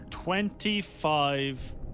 Twenty-five